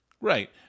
Right